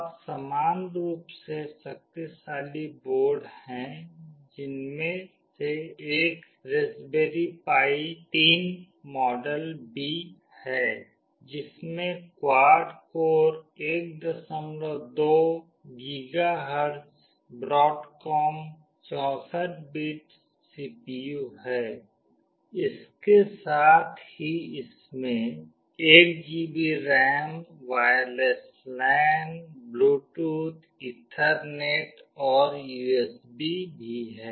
अब समान रूप से शक्तिशाली बोर्ड हैं जिनमें से एक रास्पबेरी पाई 3 मॉडल B है जिसमें quad core 12 gigahertz Broadcom 64 bit CPU है इसके साथ ही इसमें 1 GB RAM wireless LAN Bluetooth Ethernet और यूएसबी भी है